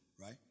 right